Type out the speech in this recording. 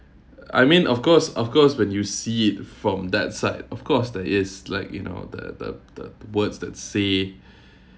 I mean of course of course when you see it from that side of course there is like you know the the the words that say